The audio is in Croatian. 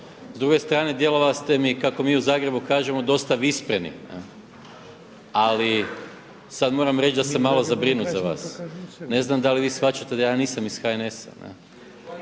S druge strane djelovali ste mi kako mi u Zagrebu kažemo dosta …/Govornik se ne razumije./… Ali sad moram reći da sam malo zabrinut za vas. Ne znam da li vi shvaćate da ja nisam iz HNS-a.